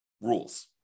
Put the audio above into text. rules